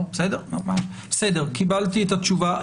בסדר, קיבלתי את התשובה.